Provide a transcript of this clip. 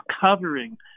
covering